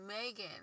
Megan